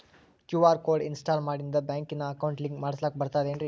QR code install ಮಾಡಿಂದ ಬ್ಯಾಂಕಿನ account link ಮಾಡಸ್ಲಾಕ ಬರ್ತದೇನ್ರಿ